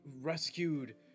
rescued